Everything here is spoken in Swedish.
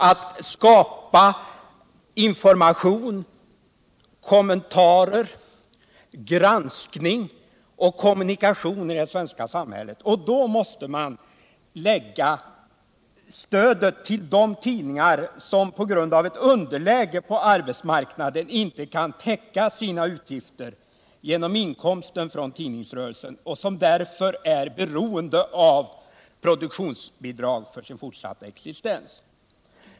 Det gäller att ge information, göra kommentarer, utföra granskning och skapa kommunikation i det svenska samhället. Då måste också stödet ges till de tidningar som på grund av underläge på marknaden inte kan täcka sina utgifter genom inkomster från tidningsrörelsen och som därför är beroende av produktionsbidrag för sin fortsatta existens.